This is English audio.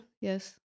yes